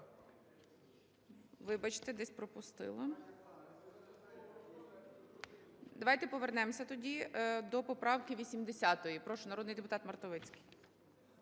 вибачте, десь пропустила. Давайте повернемося тоді до поправки 80. Прошу, народний депутат Мартовицький.